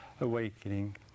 awakening